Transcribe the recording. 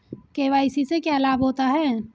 KYC से क्या लाभ होता है?